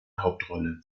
hauptrolle